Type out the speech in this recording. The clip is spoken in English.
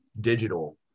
digital